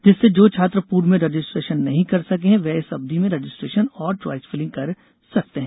जिससे जो छात्र पूर्व में रजिस्ट्रेशन नहीं कर सके है वे इस अवधि में रजिस्ट्रेशन और च्वाइस फिलिंग कर सकते हैं